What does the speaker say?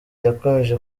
yakomeje